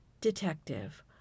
Detective